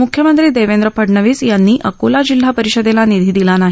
मुख्यमंत्री देवेंद्र फडणवीस यांनी अकोला जिल्हा परिषदेला निधी दिला नाही